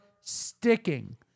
sticking